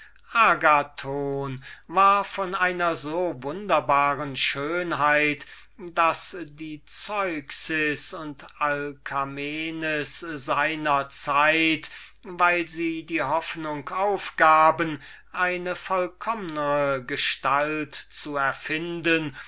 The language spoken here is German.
war von einer so wunderbaren schönheit daß die rubens und girardons seiner zeit weil sie die hoffnung aufgaben eine vollkommnere gestalt zu erfinden